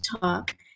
talk